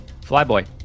Flyboy